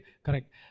Correct